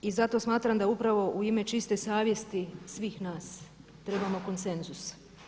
I zato smatram da upravo u ime čiste savjesti svih nas trebamo konsenzus.